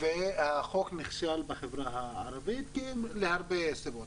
והחוק נכשל בחברה הערבית, בגלל הרבה סיבות.